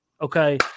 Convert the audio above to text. okay